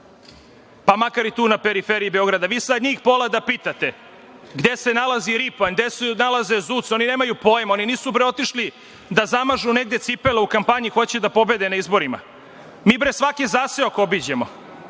pa makar i tu na periferiji Beograda. Vi sad njih pola da pitate gde se nalazi Ripanj, gde se nalazi Zuce, oni nemaju pojma, oni nisu bre otišli da zamažu negde cipele u kampanji, a hoće da pobede na izborima. Mi, bre, svaki zaseok obiđemo,